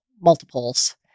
multiples